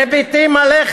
מביטים עליך,